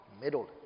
Middle